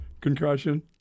Concussion